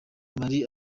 marie